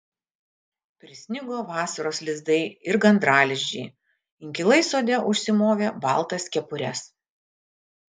prisnigo vasaros lizdai ir gandralizdžiai inkilai sode užsimovė baltas kepures